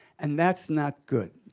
and that's not good.